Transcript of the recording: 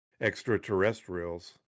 extraterrestrials